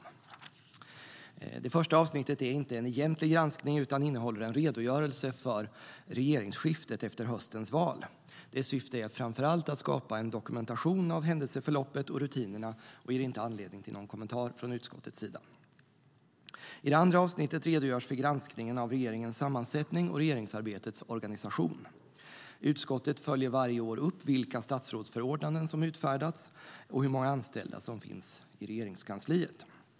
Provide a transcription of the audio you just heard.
I det andra avsnittet redogörs för granskningen av regeringens sammansättning och regeringsarbetets organisation. Utskottet följer varje år upp vilka statsrådsförordnanden som har utfärdats och hur många anställda som finns i Regeringskansliet.